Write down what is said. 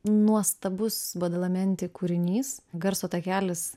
nuostabus badalamenti kūrinys garso takelis